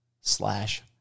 slash